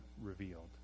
revealed